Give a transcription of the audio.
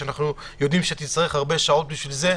שאנחנו יודעים שתצטרך הרבה שעות בשביל זה,